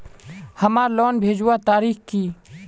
हमार लोन भेजुआ तारीख की?